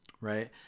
right